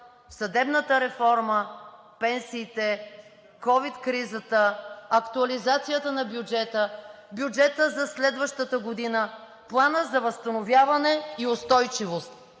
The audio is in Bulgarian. съдебната реформа, пенсиите, ковид кризата, актуализацията на бюджета, бюджета за следващата година, Плана за възстановяване и устойчивост,